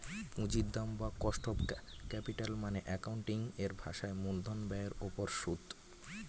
পুঁজির দাম বা কস্ট অফ ক্যাপিটাল মানে অ্যাকাউন্টিং এর ভাষায় মূলধন ব্যয়ের উপর সুদ